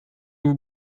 vous